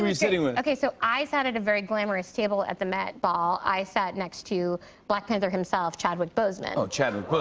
sitting with? okay, so, i sat at a very glamorous table at the met ball. i sat next to black panther himself, chadwick boseman. oh, chadwick but